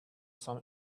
some